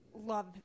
love